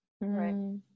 right